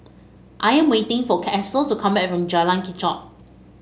I am waiting for Estel to come back from Jalan Kechot